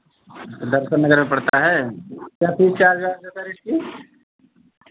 दर्शन नगर में पड़ता है क्या फ़ीस चार्ज़ वार्ज़ है सर इसकी